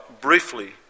briefly